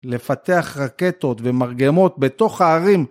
לפתח רקטות ומרגמות בתוך הערים.